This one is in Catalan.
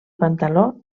pantaló